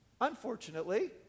Unfortunately